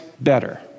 better